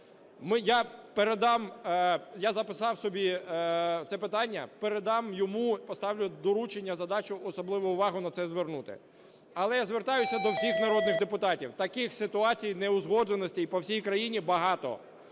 Я передам, я записав собі це питання, передам йому. Поставлю доручення, задачу особливу увагу на це звернути. Але я звертаюсь до всіх народних депутатів. Таких ситуацій, неузгодженостей по всій країні багато.